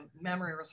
memory